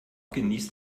genießt